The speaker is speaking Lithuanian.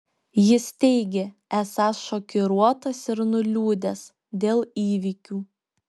jis teigė esąs šokiruotas ir nuliūdęs dėl įvykių